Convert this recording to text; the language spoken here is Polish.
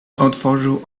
otworzył